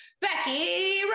Becky